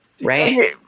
right